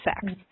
sex